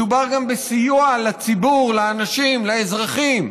מדובר גם בסיוע לציבור, לאנשים, לאזרחים.